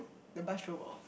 the bus drove off